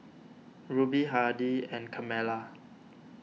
Ruby Hardy and Carmela